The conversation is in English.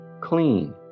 clean